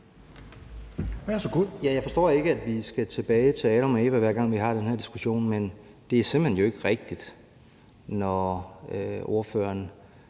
Jørgensen): Jeg forstår ikke, at vi skal helt tilbage til Adam og Eva, hver gang vi har den her diskussion. Det er simpelt hen ikke rigtigt, når ordføreren